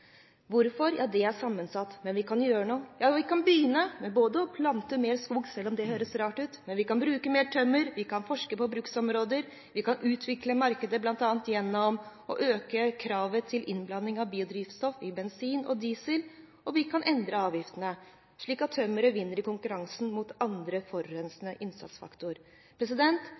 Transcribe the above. er sammensatt, men vi kan gjøre noe. Vi kan begynne med å plante mer skog, selv om det høres rart ut. Vi kan bruke mer tømmer. Vi kan forske på bruksområder. Vi kan utvikle markedet, bl.a. gjennom å øke kravet til innblanding av biodrivstoff i bensin og diesel. Og vi kan endre avgiftene, slik at tømmeret vinner i konkurransen mot andre, forurensende